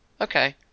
Okay